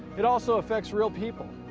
it also affects real people,